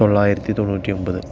തൊള്ളായിരത്തി തൊണ്ണുറ്റി ഒമ്പത്